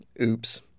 Oops